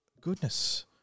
Goodness